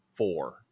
four